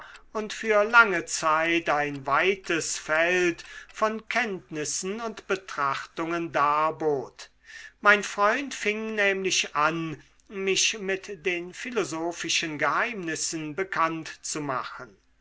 und für lange zeit ein weites feld von kenntnissen und betrachtungen darbot mein freund fing nämlich an mich mit den philosophischen geheimnissen bekannt zu machen